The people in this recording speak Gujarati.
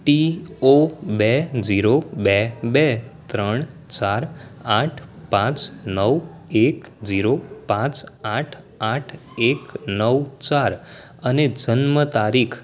ટી ઓ બે ઝીરો બે બે ત્રણ ચાર આઠ પાંચ નવ એક ઝીરો પાંચ આઠ આઠ એક નવ ચાર અને જન્મતારીખ